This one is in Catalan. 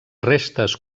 restes